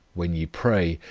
when ye pray,